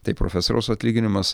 tai profesoriaus atlyginimas